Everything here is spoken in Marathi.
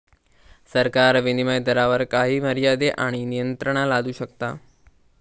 सरकार विनीमय दरावर काही मर्यादे आणि नियंत्रणा लादू शकता